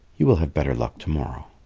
you will have better luck to-morrow.